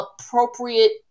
appropriate